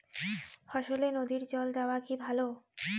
ফসলে নদীর জল দেওয়া কি ভাল?